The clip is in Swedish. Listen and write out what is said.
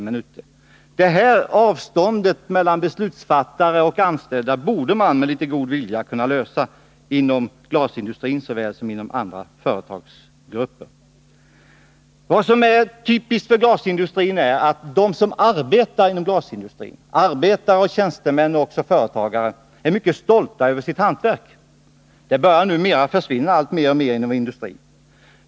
Det här problemet med avståndet mellan beslutsfattare och anställda borde raan med litet god vilja kunna lösa såväl inom glasindustrin som inom andra företagsgrupper. Vad som är typiskt för glasindustrin är att de som arbetar inom industrin, arbetare, tjänstemän och också företagare, är mycket stolta över sitt hantverk. Det börjar numera försvinna mer och mer inom industrin.